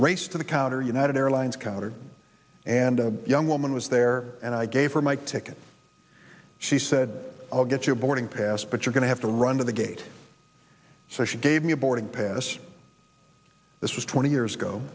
race to the counter united airlines counter and a young woman was there and i gave her my ticket she said i'll get you a boarding pass but you're going to have to run to the gate so she gave me a boarding pass this was twenty years ago